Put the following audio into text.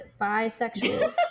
bisexual